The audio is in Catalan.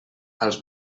als